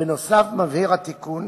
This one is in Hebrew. בנוסף, התיקון